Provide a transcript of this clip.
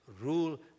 Rule